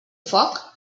foc